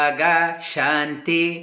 Shanti